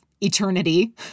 eternity